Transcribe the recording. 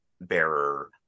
bearer